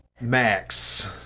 Max